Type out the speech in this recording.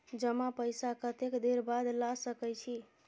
जमा पैसा कतेक देर बाद ला सके छी?